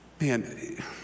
Man